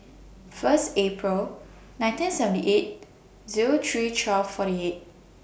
First April nineteen seventy eight Zero three twelve forty eight